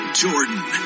jordan